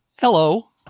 Hello